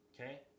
Okay